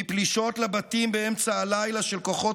מפלישות לבתים באמצע הלילה של כוחות